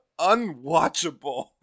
unwatchable